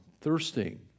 Thirsting